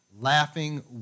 laughing